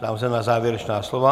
Ptám se na závěrečná slova.